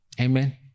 Amen